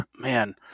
man